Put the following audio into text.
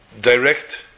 direct